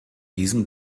diesem